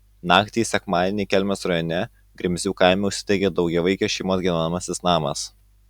naktį į sekmadienį kelmės rajone grimzių kaime užsidegė daugiavaikės šeimos gyvenamasis namas